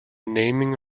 naming